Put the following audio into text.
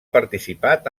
participat